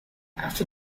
after